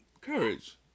Courage